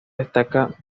destaca